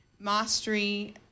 mastery